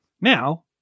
Now